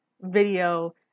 video